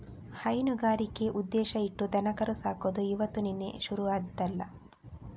ಹೈನುಗಾರಿಕೆ ಉದ್ದೇಶ ಇಟ್ಟು ದನಕರು ಸಾಕುದು ಇವತ್ತು ನಿನ್ನೆ ಶುರು ಆದ್ದಲ್ಲ